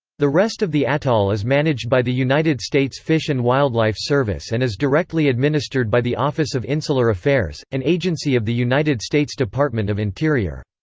the rest of the atoll is managed by the united states fish and wildlife service and is directly administered by the office of insular affairs, an agency of the united states department of interior.